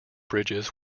bridges